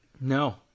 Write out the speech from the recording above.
no